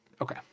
Okay